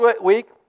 week